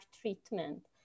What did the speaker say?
treatment